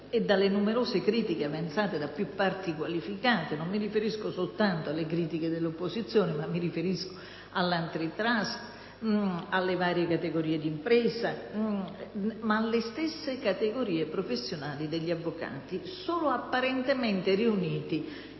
e dalle numerose critiche avanzate da più parti qualificate (non mi riferisco soltanto alle critiche dell'opposizione ma all'*Antitrust*, alle varie categorie di impresa, alle stesse categorie professionali degli avvocati, solo apparentemente riuniti